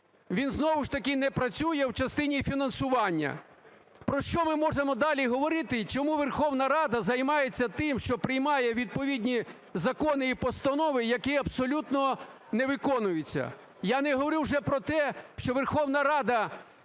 він знову ж таки не працює в частині фінансування. Про що ми можемо далі говорити, і чому Верховна Рада займається тим, що приймає відповідні закони і постанови, які абсолютно не виконуються? Я не говорю вже про те, що Верховна Рада